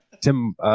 Tim